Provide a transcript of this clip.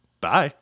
Bye